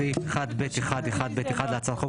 בסעיף 1(ב1)(1)(ב)(1) להצעת החוק,